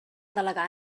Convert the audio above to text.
delegar